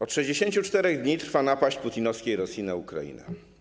Od 64 dni trwa napaść putinowskiej Rosji na Ukrainę.